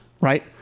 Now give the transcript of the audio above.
right